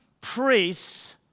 priests